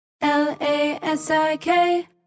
L-A-S-I-K